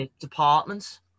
departments